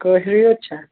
کٲشِرِی یوت چھا